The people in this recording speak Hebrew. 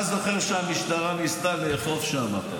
אתה זוכר שהמשטרה ניסתה לאכוף שם.